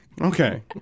Okay